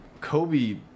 Kobe